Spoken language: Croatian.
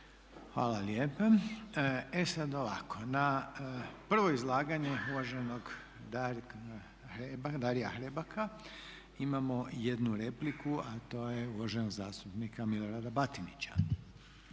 Hvala lijepa. E sad ovako, na prvo izlaganje Daria Hrebaka imamo 1 repliku. To je uvaženog zastupnika Milorada Batinića.